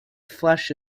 flesh